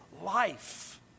life